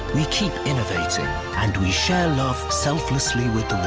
we keep innovating, and we share love selflessly with the